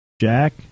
Jack